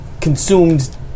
consumed